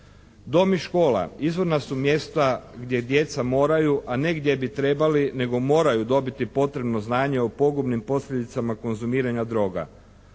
Dom i škola izvorna su mjesta gdje djeca moraju, a ne gdje bi trebali nego moraju dobiti potrebno znanje o pogubnim posljedicama konzumiranja droga.